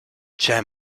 chair